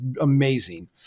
amazing